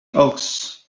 hawks